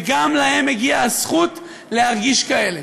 וגם להם מגיעה הזכות להרגיש כאלה.